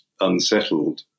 unsettled